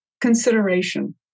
consideration